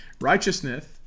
Righteousness